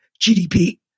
GDP